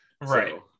right